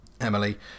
Emily